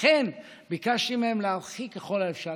לכן ביקשתי מהם להרחיק ככל האפשר,